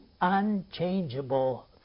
unchangeable